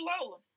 Lola